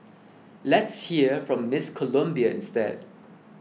let's hear from Miss Colombia instead